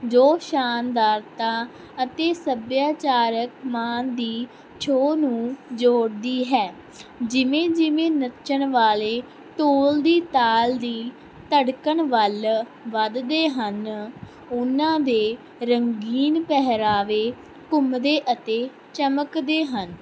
ਜੋ ਸ਼ਾਨਦਾਰਤਾ ਅਤੇ ਸੱਭਿਆਚਾਰਕ ਮਾਨ ਦੀ ਛੋਹ ਨੂੰ ਜੋੜਦੀ ਹੈ ਜਿਵੇਂ ਜਿਵੇਂ ਨੱਚਣ ਵਾਲੇ ਢੋਲ ਦੀ ਤਾਲ ਦੀ ਧੜਕਣ ਵੱਲ ਵਧਦੇ ਹਨ ਉਹਨਾਂ ਦੇ ਰੰਗੀਨ ਪਹਿਰਾਵੇ ਘੁੰਮਦੇ ਅਤੇ ਚਮਕਦੇ ਹਨ